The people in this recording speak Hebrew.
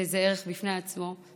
וזה ערך בפני עצמו,